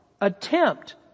Attempt